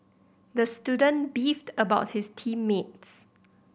the student beefed about his team mates